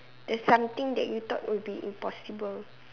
there's something that you thought would be impossible